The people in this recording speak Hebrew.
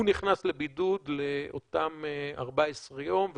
הוא נכנס לבידוד לאותם 14 יום,